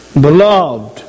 beloved